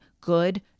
good